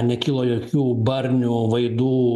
nekilo jokių barnių vaidų